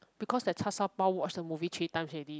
because the char-shao-bao watch the movie three times already